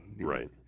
Right